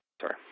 sorry